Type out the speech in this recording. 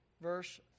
verse